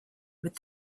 with